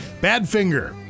Badfinger